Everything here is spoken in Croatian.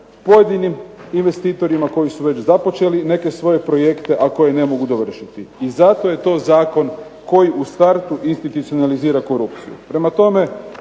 pojedinim investitorima koji su već započeli neke svoje projekte, a koje ne mogu dovršiti. I zato je to zakon koji u startu institucionalizira korupciju. Prema tome,